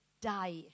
die